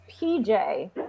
PJ